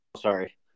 Sorry